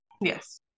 Yes